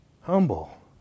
Humble